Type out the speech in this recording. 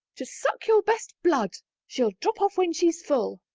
to suck your best blood she'll drop off when she's full.